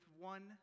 one